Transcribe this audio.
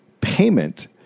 payment